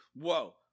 whoa